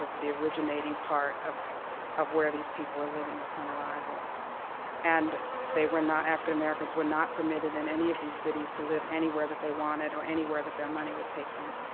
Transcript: ah the originating part of of where these people were living upon arrival and they were not african americans were not permitted in any of theses cities to live anywhere that they wanted or anywhere that their money would take them.